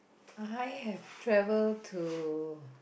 I have travel to